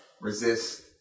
resist